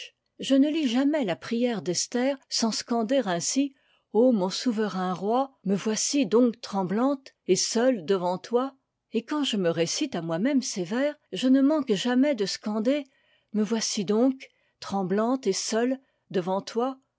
je ne lis jamais la prière d'esther sans scander ainsi ô mon souverain roi me voici donc tremblante et seule devant toi et quand je me récite à moi-même ces vers je ne manque jamais de scander me voici donc tremblante et seule devant toi